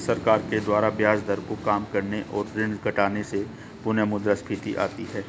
सरकार के द्वारा ब्याज दर को काम करने और ऋण घटाने से पुनःमुद्रस्फीति आती है